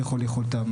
ככול יכולתם.